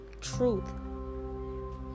truth